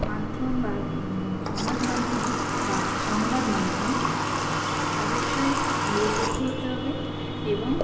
মাধ্যম বা সমাজ মাধ্যম বা সংবাদমাধ্যম অবশ্যই নিরপেক্ষ হতে হবে এবং